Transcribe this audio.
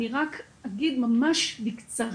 אני רק אגיד ממש בקצרה,